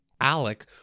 Alec